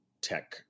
tech